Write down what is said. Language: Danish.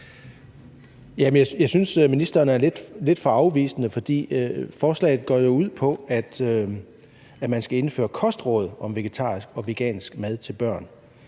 Jeg synes, at ministeren er lidt for afvisende, for forslaget går jo ud på, at man skal indføre kostråd om vegetarisk og vegansk mad til børn,